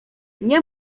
nie